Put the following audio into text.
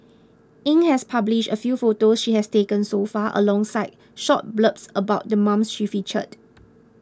Yin has published a few photos she has taken so far alongside short blurbs about the moms she featured